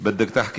א נעם, בידכ תחכי?